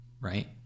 right